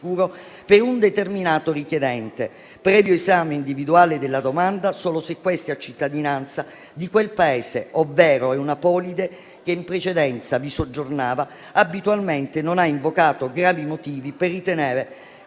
per un determinato richiedente, previo esame individuale della domanda, solo se questi ha cittadinanza di quel Paese ovvero è un apolide che in precedenza vi soggiornava abitualmente e non ha invocato gravi motivi per ritenere